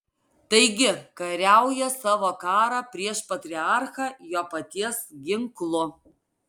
taigi kariauja savo karą prieš patriarchą jo paties ginklu